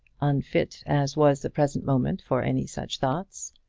unfit as was the present moment for any such thoughts.